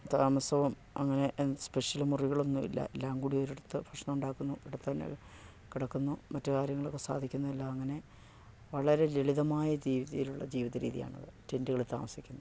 താമസവും അങ്ങനെ സ്പെഷ്യല് മുറികൾ ഒന്നുമില്ല എല്ലാം കൂടി ഒരിടത്ത് ഭഷ്ണം ഉണ്ടാക്കുന്നു അവിടെ തന്നെ കിടക്കുന്നു മറ്റ് കാര്യങ്ങളൊക്കെ സാധിക്കുന്നില്ല അങ്ങനെ വളരെ ലളിതമായ രീതിയിലുള്ള ജീവിത രീതിയാണ് അത് ടെൻ്റുകളിൽ താമസിക്കുന്നത്